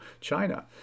China